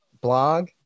blog